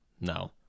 no